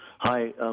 Hi